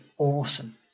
Awesome